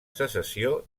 secessió